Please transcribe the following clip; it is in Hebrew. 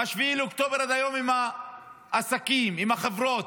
מ-7 באוקטובר עד היום, עם העסקים, עם החברות,